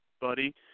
buddy